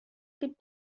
could